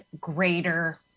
greater